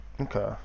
okay